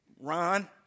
Ron